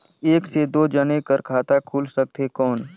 एक से दो जने कर खाता खुल सकथे कौन?